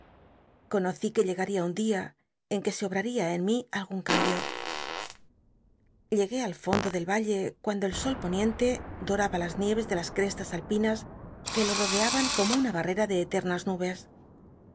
que lleg ll'ia un dia en que se obraria en mi algun cambio ucgué al fondo del ralle cuando el sol poniente doraba las nie es de las cestas alpinas que lo ro deaban como una barrera de ctcmas nubes